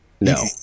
no